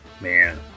Man